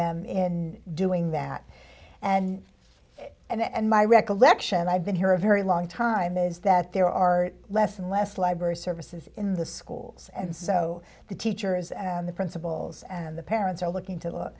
them in doing that and and my recollection i've been here a very long time is that there are less and less library services in the schools and so the teachers and the principals and the parents are looking to lo